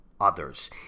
others